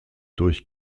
durch